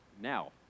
now